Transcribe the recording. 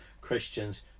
Christians